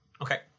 Okay